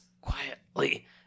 quietly